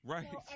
Right